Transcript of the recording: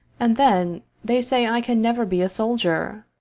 and then they say i can never be a soldier.